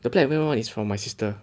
the black and red one is from my sister